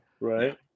Right